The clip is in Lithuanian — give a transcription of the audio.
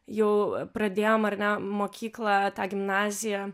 jau pradėjom ar ne mokyklą tą gimnaziją